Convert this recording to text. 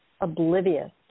oblivious